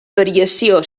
variació